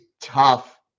tough